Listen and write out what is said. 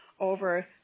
over